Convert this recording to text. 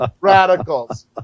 radicals